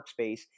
workspace